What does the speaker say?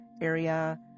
area